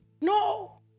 no